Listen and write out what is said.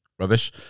rubbish